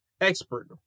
expert